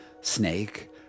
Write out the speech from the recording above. snake